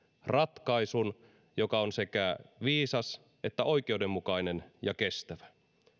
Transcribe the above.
ratkaisun joka on sekä viisas että oikeudenmukainen ja kestävä